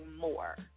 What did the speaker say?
more